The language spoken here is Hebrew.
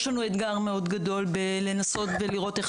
יש לנו אתגר גדול מאוד לנסות ולראות איך